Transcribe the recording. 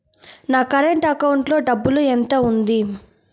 నా current account లో డబ్బులు ఎంత ఉంది?